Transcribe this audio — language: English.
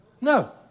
No